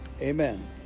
amen